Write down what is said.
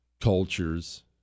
cultures